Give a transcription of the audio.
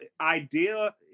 idea